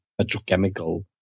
petrochemical